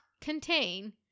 contain